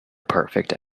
perfect